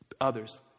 others